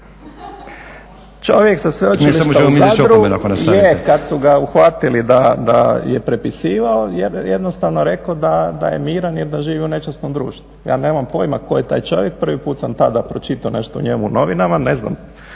ako nastavite./… … je kad su ga uhvatili da je prepisivao je jednostavno rekao da je miran jer da živi u nečasnom društvu. Ja nemam pojma tko je taj čovjek. Prvi put sam tada pročitao nešto o njemu u novinama. Ne znam